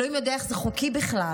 אלוהים יודע איך זה חוקי בכלל.